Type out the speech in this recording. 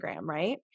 right